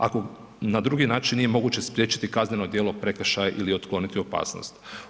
Ako na drugi način nije moguće spriječiti kazneno djelo prekršaja ili otkloniti opasnost.